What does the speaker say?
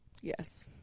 Yes